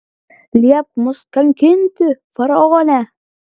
liepk mus kankinti faraone